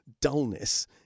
Dullness